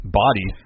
body